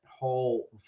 whole